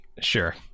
Sure